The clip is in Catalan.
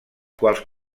quals